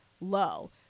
low